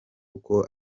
uko